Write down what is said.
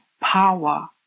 power